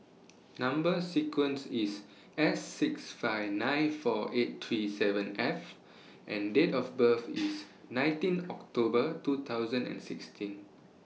Number sequence IS S six five nine four eight three seven F and Date of birth IS nineteen October two thousand and sixteen